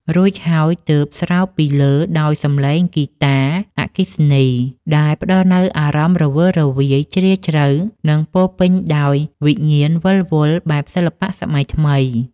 រួចហើយទើបស្រោបពីលើដោយសម្លេងហ្គីតាអគ្គិសនី ដែលផ្តល់នូវអារម្មណ៍រវើរវាយ ជ្រាលជ្រៅ និងពោរពេញដោយវិញ្ញាណវិលវល់បែបសិល្បៈសម័យថ្មី។